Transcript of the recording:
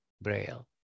braille